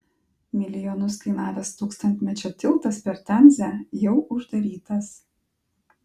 milijonus kainavęs tūkstantmečio tiltas per temzę jau uždarytas